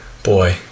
Boy